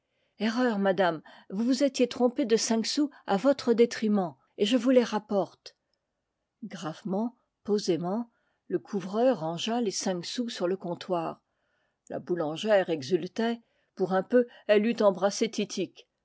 erreur madame vous vous étiez trompée de cinq sous à votre détriment et je vous les rapporte gravement posément le couvreur rangea les cinq sous sur le comptoir la boulangère exultait pour un peu elle eût embrassé